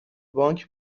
بانک